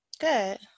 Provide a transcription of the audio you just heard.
Good